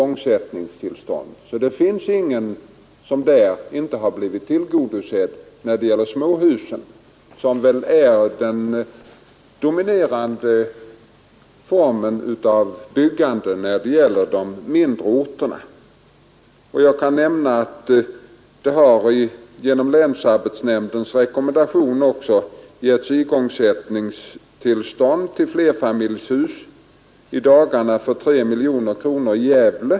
När det gäller småhusbyggandet, som väl är den dominerande formen för byggande i de mindre orterna, finns det alltså ingen som inte har blivit tillgodosedd. Jag kan nämna att det efter rekommendation av länsarbetsnämnden också i dagarna har givits igångsättningstillstånd för flerfamiljshus i Gävle för 3 miljoner kronor.